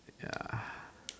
ya